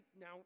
Now